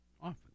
often